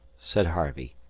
said harvey,